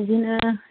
बिदिनो